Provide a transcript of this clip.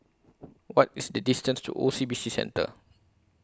What IS The distance to O C B C Centre